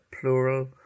plural